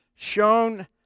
Shown